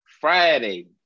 Friday